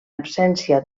absència